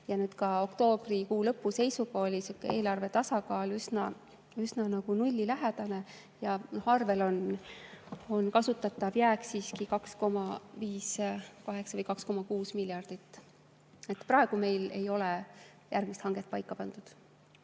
liikunud. Ka oktoobrikuu lõpu seisuga oli eelarve tasakaal üsna nullilähedane ja arvel on kasutatav jääk siiski 2,58 või 2,6 miljardit. Praegu meil ei ole järgmist hanget paika pandud.